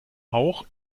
auch